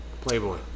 Playboy